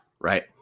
right